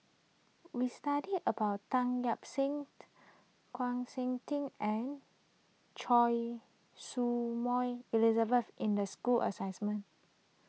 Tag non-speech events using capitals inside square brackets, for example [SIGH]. We studied about Tan Lip Seng [UNINTELLIGIBLE] Chng Seok Tin and Choy Su Moi Elizabeth in the school [UNINTELLIGIBLE]